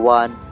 one